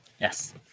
Yes